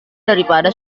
daripada